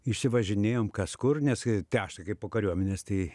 išsivažinėjom kas kur nes tai aš tai kaip po kariuomenės tai